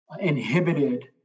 inhibited